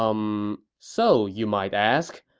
um so, you might ask,